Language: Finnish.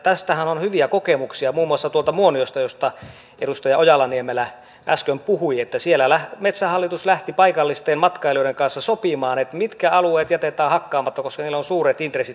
tästähän on hyviä kokemuksia muun muassa muoniosta josta edustaja ojala niemelä äsken puhui että siellä metsähallitus lähti paikallisten ja matkailijoiden kanssa sopimaan mitkä alueet jätetään hakkaamatta koska niillä on suuret intressit matkailun kannalta